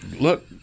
Look